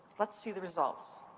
let's see the results.